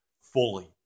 fully